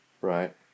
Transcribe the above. right